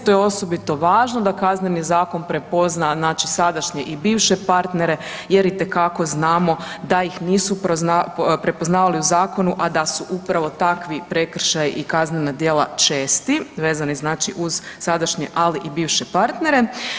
To je osobito važno da Kazneni zakon prepozna, znači sadašnje i bivše partnere jer itekako znamo da ih nisu prepoznavali u zakonu, a da su upravo takvi prekršaji i kaznena djela česti, vezani znači uz sadašnje, ali i bivše partnere.